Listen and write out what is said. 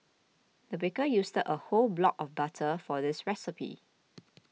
the baker used a whole block of butter for this recipe